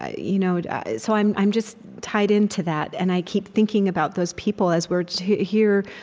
ah you know so i'm i'm just tied into that, and i keep thinking about those people as we're here,